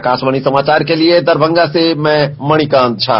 आकाशवाणी समाचार के लिये दरभंगा से मणिकांत झा